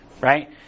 right